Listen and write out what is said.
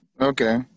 Okay